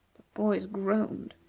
boys groaned.